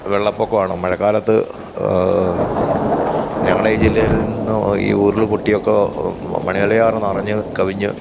വെള്ളപ്പൊക്കവാണ് മഴക്കാലത്ത് ഞങ്ങളെ ഈ ജില്ലയില് നിന്ന് ഈ ഉരുള് പൊട്ടി ഒക്കെ മണിമലയാറ് നിറഞ്ഞ് കവിഞ്ഞ്